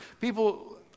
People